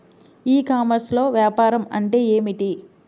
ఈ కామర్స్లో వ్యాపారం అంటే ఏమిటి?